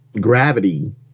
gravity